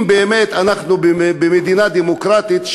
אם באמת אנחנו במדינה דמוקרטית,